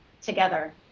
together